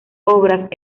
obras